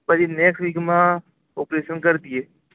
પછી નેક્સ્ટ વીકમાં ઓપરેશન કરી દઇએ